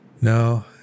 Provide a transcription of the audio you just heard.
No